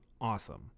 awesome